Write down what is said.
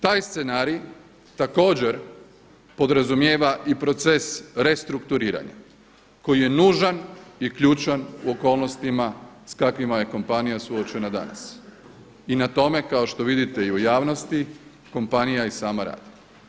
Taj scenarij također podrazumijeva i proces restrukturiranja koji je nužan i ključan u okolnostima sa kakvima je kompanija suočena danas i na tome kao što vidite i u javnosti kompanija i sama radi.